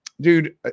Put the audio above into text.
dude